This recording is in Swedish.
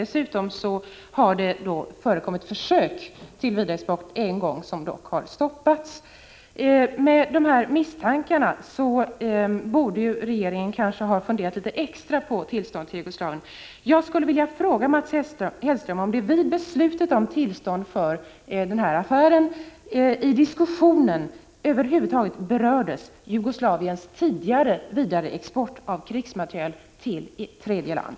Dessutom har det en gång förekommit försök till vidareexport som dock stoppats. Med hänsyn till dessa misstankar borde regeringen kanske ha funderat litet extra på tillstånd till Jugoslavien. Jag skulle vilja fråga Mats Hellström om man vid beslutet om tillstånd för denna affär i diskussionen över huvud taget berörde Jugoslaviens tidigare vidareexport av krigsmateriel till tredje land.